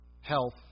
health